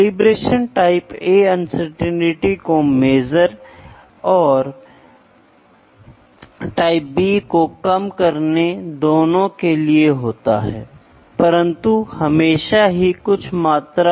इसलिए छात्र के लिए कार्य यह है कि मैं चाहता हूं कि आप एक रबर बैंड कोई रबर बैंड लें और इस रबर बैंड के लिए मैं चाहता हूं कि आप व्यास को मापें और यदि लंबाई है तो यदि कोई लंबाई है तो उसी के लिए कृपया लंबाई भी मापें